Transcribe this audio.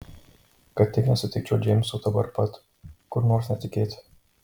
kad tik nesusitikčiau džeimso dabar pat kur nors netikėtai